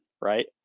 right